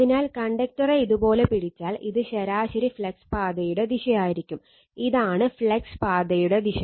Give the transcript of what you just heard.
അതിനാൽ കണ്ടക്ടറെ ഇതുപോലെ പിടിച്ചാൽ ഇത് ശരാശരി ഫ്ലക്സ് പാതയുടെ ദിശയായിരിക്കും ഇതാണ് ഫ്ലക്സ് പാതയുടെ ദിശ